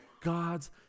God's